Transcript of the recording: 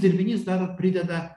dirbinys dar prideda